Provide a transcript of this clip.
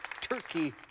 Turkey